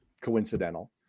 coincidental